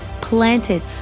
planted